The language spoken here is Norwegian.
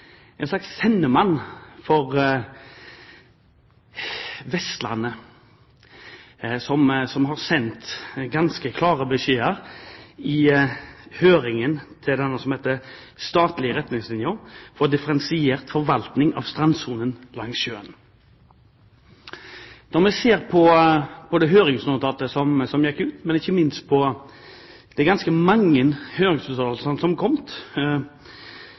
en slags ombudsmann, en slags sendemann for Vestlandet, som har sendt ganske klare beskjeder i forbindelse med høringen om «statlige retningslinjer for differensiert forvaltning av strandsonen langs sjøen». I forbindelse med høringsnotatet som gikk ut, er det kommet inn ganske mange høringsinnspill som